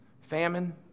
famine